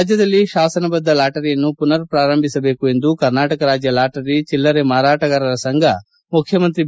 ರಾಜ್ಯದಲ್ಲಿ ಶಾಸನಬದ್ಧ ಲಾಟರಿಯನ್ನು ಮನರ್ ಪೂರಂಭಿಸಬೇಕು ಎಂದು ಕರ್ನಾಟಕ ರಾಜ್ಯ ಲಾಟರಿ ಚಿಲ್ಲರೆ ಮಾರಾಟಗಾರರ ಸಂಘ ಮುಖ್ಯಮಂತ್ರಿ ಬಿ